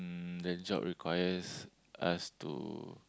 um that job requires us to